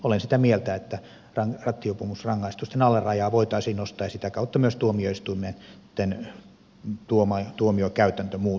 olen sitä mieltä että rattijuopumusrangaistusten alarajaa voitaisiin nostaa ja sitä kautta myös tuomioistuneitten mn tuoma etu on tuomioistuinten tuomiokäytäntö muuttuisi